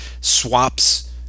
swaps